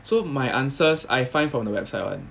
so my answers I find from the website [one]